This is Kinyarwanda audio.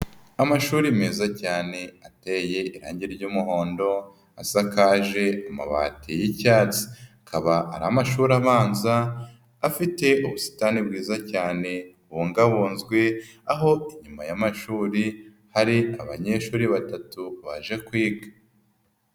Amashuri meza cyane ateye irangi ry'umuhondo asakaje amabati y'icyatsi, akaba ari amashuri abanza afite ubusitani bwiza cyane bubungabunzwe, aho inyuma y'amashuri hari abanyeshuri batatu baje kwiga.